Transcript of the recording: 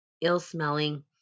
ill-smelling